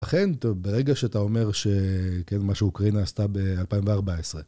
אכן, טוב, ברגע שאתה אומר שכן, מה שאוקרינה עשתה ב-2014.